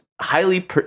highly